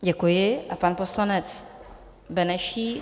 Děkuji a pan poslanec Benešík.